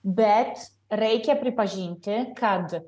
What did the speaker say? bet reikia pripažinti kad